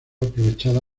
aprovechada